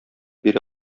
бирә